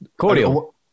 cordial